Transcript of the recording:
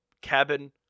cabin